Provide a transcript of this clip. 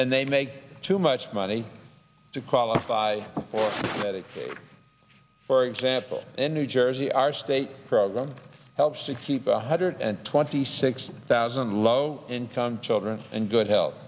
and they make too much money to qualify for medicaid for example in new jersey our state program helps to keep a hundred and twenty six thousand low income children and good health